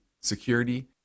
security